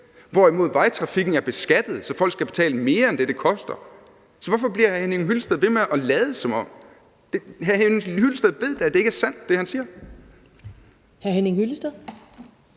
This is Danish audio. hvorimod vejtrafikken er beskattet, så folk skal betale mere end det, det koster. Så hvorfor bliver hr. Henning Hyllested ved med at lade som om? Hr. Henning Hyllested ved da, at det, han siger, ikke er